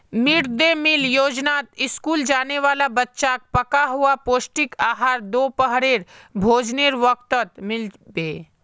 mid day meal योजनात school जाने वाला बच्चाक पका हुआ पौष्टिक आहार दोपहरेर भोजनेर वक़्तत मिल बे